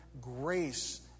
grace